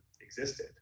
existed